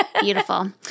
Beautiful